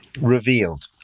revealed